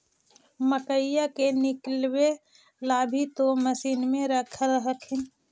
मकईया के निकलबे ला भी तो मसिनबे रख हखिन?